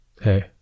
hey